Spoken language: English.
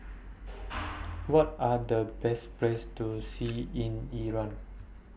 What Are The Best Places to See in Iran